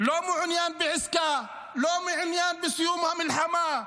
לא מעוניין בעסקה, לא מעוניין בסיום המלחמה.